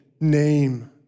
name